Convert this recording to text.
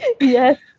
yes